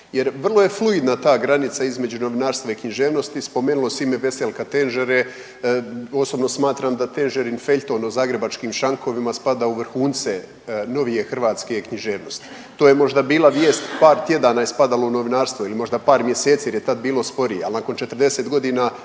jer vrlo je fluidna ta granica između novinarstva i književnosti, spomenulo ime Veselka Tenžere, osobno smatram da Tenžerin feljton o zagrebačkim šankovima spada u vrhunce novije hrvatske književnosti. To je možda bila vijest, par tjedana je spadalo u novinarstvo ili možda par mjeseci jer je tada bilo sporije,